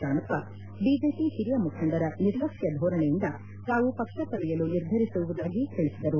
Shanappa BJP ಹಿರಿಯ ಮುಖಂಡರ ನಿರ್ಲಕ್ಷ್ಯ ಧೋರಣೆಯಿಂದ ತಾವು ಪಕ್ಷ ತೊರೆಯಲು ನಿರ್ಧರಿಸಿರುವುದಾಗಿ ತಿಳಿಸಿದರು